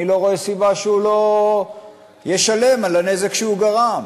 אני לא רואה סיבה שהוא לא ישלם על הנזק שהוא גרם.